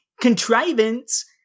Contrivance